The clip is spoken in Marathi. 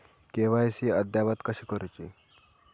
के.वाय.सी अद्ययावत कशी करुची?